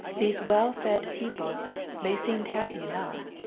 these well-fed people they seemed happy enough.